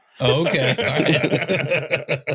Okay